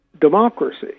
democracy